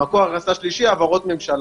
ושלישי העברות ממשלה.